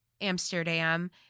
Amsterdam